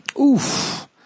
oof